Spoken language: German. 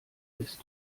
ist